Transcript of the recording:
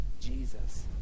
Jesus